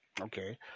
Okay